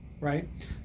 right